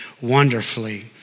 wonderfully